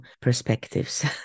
perspectives